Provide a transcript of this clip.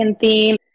theme